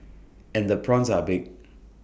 and the prawns are big